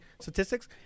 statistics